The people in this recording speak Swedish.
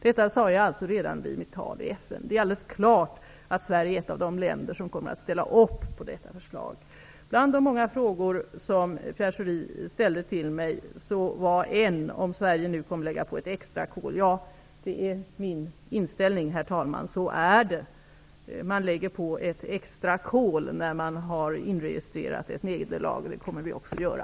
Detta sade jag alltså redan i mitt tal i FN. Det är alldeles klart att Sverige är ett av de länder som kommer att ställa upp på detta förslag. Bland de många frågor som Pierre Schori ställde till mig var en om Sverige nu kommer att lägga på ett extra kol. Ja, herr talman, det är min inställning. Så är det. Man lägger på ett extra kol när man har inregistrerat ett nederlag. Det kommer vi också att göra.